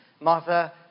Martha